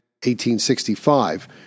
1865